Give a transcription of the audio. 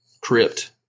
crypt